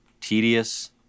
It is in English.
tedious